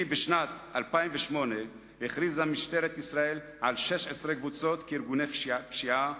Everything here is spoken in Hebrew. בשנת 2008 הכריזה משטרת ישראל על 16 קבוצות כארגוני פשיעה,